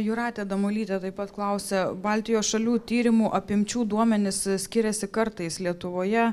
jūratė damulytė taip pat klausia baltijos šalių tyrimų apimčių duomenys skiriasi kartais lietuvoje